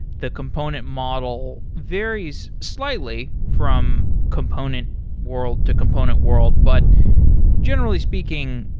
the component model varies slightly from component world to component world. but generally speaking,